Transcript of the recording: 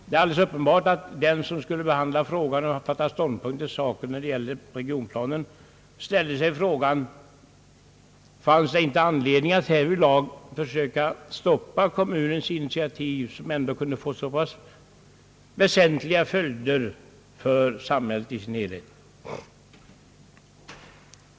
Det är givet att den som skulle ta ståndpunkt beträffande regionplanen ställde sig frågan: Fanns det inte anledning att härvidlig försöka stoppa kommunens initiativ, som dock kunde få så pass väsentliga följder för samhället i dess helhet?